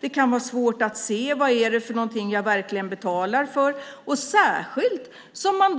Det kan också vara svårt att se vad jag verkligen betalar för, särskilt som man